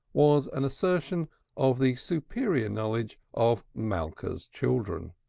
was an assertion of the superior knowledge of malka's children.